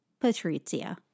Patrizia